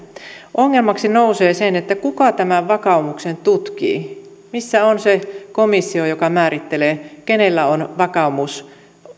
ongelmaksi nousee se kuka tämän vakaumuksen tutkii missä on se komissio joka määrittelee kenellä on vakaumus